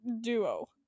duo